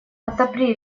отопри